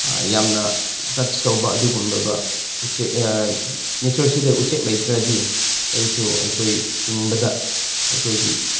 ꯌꯥꯝꯅ ꯇꯁ ꯇꯧꯕ ꯑꯗꯨꯒꯨꯝꯂꯕ ꯎꯆꯦꯛ ꯅꯦꯆꯔꯁꯤꯗ ꯎꯆꯦꯛ ꯂꯩꯇ꯭ꯔꯗꯤ ꯀꯔꯤꯁꯨ ꯑꯩꯈꯣꯏ ꯍꯤꯡꯕꯗ ꯑꯩꯈꯣꯏꯒꯤ